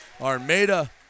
Armada